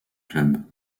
club